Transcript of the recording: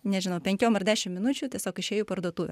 nežinau penkiom ar dešim minučių tiesiog išėjo į parduotuvę